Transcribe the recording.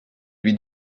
lui